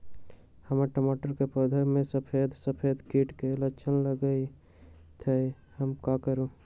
हमर टमाटर के पौधा में सफेद सफेद कीट के लक्षण लगई थई हम का करू?